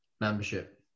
Membership